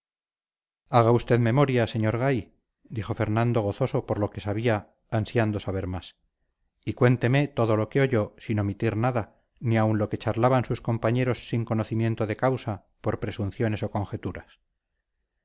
haga usted memoria sr gay dijo fernando gozoso por lo que sabía ansiando saber más y cuénteme todo lo que oyó sin omitir nada ni aun lo que charlaban sus compañeros sin conocimiento de causa por presunciones o conjeturas